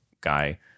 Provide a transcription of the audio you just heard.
guy